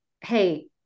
Hey